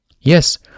yes